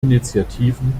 initiativen